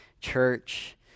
church